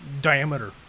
diameter